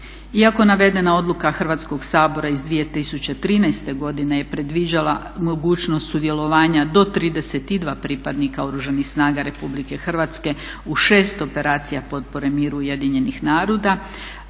Iako navedena odluka Hrvatskog sabora iz 2013. godine je predviđala mogućnost sudjelovanja do 32 pripadnika Oružanih snaga Republike Hrvatske u 6 operacija potpore miru Ujedinjenih naroda,